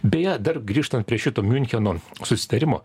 beje dar grįžtant prie šito miuncheno susitarimo